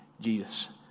Jesus